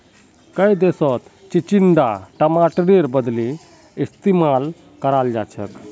कई देशत चिचिण्डा टमाटरेर बदली इस्तेमाल कराल जाछेक